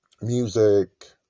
music